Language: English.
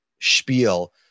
spiel –